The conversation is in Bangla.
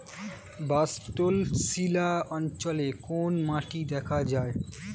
ব্যাসল্ট শিলা অঞ্চলে কোন মাটি দেখা যায়?